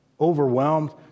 overwhelmed